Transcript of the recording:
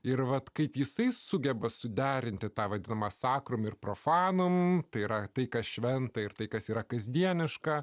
ir vat kaip jisai sugeba suderinti tą vadinamą sakrum ir profanum tai yra tai kas šventa ir tai kas yra kasdieniška